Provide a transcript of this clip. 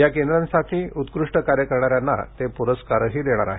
या केंद्रांसाठी उत्कृष्ट कार्य करणाऱ्यांना ते पुरस्कारही देणार आहेत